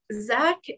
Zach